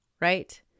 right